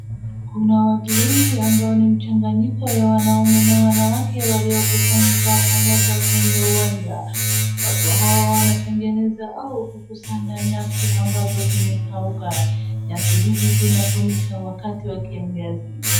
Kuna watu wengi ambao ni mchanganyiko ya wanaume na wanawake waliokusanyika pamoja kwenye uwanja, watu hawa wanatengeneza au kukusanya nyasi ambazo zimekauka. Nyasi hizi zinatumika wakati wa kiangazi.